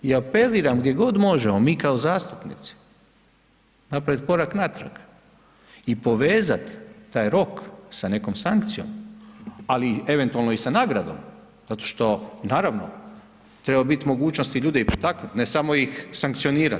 I apeliram gdje god možemo mi kao zastupnici, napraviti korak natrag i povezati taj rok sa nekom sankcijom, ali eventualno i sa nagradom, zato što, naravno, treba biti mogućnosti ljude i potaknuti, ne samo ih sankcionirati.